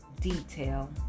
detail